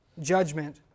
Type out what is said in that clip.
judgment